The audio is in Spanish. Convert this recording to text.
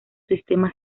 sistema